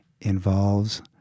involves